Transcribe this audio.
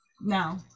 No